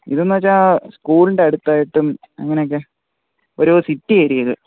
ഇതു തന്നെ വെച്ചാൽ സ്കൂളിൻ്റടുത്തായിട്ടും അങ്ങനെയൊക്കെ ഒരൂ സിറ്റി ഏരിയയിൽ